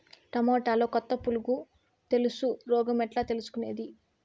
టమోటాలో కొత్త పులుగు తెలుసు రోగం ఎట్లా తెలుసుకునేది?